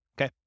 Okay